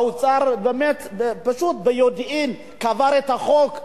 האוצר ביודעין קבר את החוק,